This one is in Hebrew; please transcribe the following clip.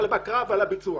בקרה וביצוע.